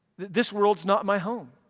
this world is not my home.